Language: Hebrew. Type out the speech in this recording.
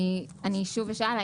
אשאל שוב,